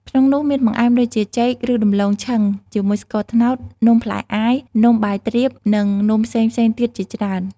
ក្នុងនោះមានបង្អែមដូចជា ចេក ឬ ដំឡូងឆឹងជាមួយស្ករត្នោត នំផ្លែអាយ នំបាយទ្រាប និងនំផ្សេងៗទៀតជាច្រើន។